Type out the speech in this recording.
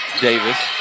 Davis